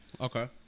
Okay